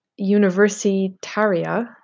Universitaria